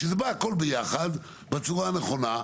שבא הכול ביחד בצורה הנכונה.